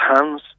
hands